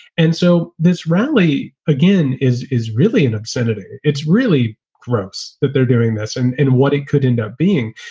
and so this rally, again, is is really an obscenity. it's really gross that they're doing this and and what it could end up being.